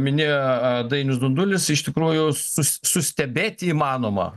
minėjo dainius dundulis iš tikrųjų su sustebėti įmanoma